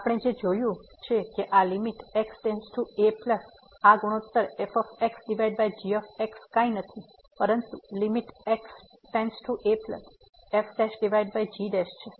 તેથી આપણે જે જોયું છે કે આ x→a આ ગુણોત્તર fg કંઈ નથી પરંતુ fg છે